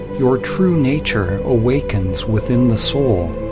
your true nature awakens within the soul,